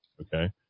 okay